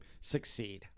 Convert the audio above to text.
succeed